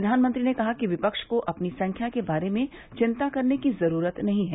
प्रधानमंत्री ने कहा कि विपक्ष को अपनी संख्या के बारे में चिंता करने की जरूरत नहीं है